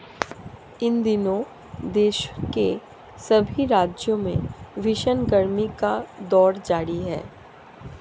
इन दिनों देश के सभी राज्यों में भीषण गर्मी का दौर जारी है